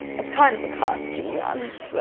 it's kind of a cut, to be honest.